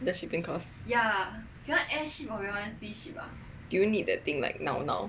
the shipping costs do you need that thing like now now